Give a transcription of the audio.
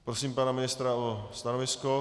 Prosím pana ministra o stanovisko.